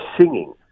singing